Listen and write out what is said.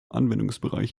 anwendungsbereich